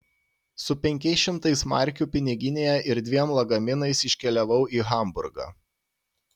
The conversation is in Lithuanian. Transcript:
su penkiais šimtais markių piniginėje ir dviem lagaminais iškeliavau į hamburgą